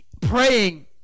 praying